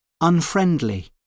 unfriendly